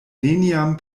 neniam